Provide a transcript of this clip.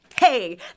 Hey